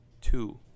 Two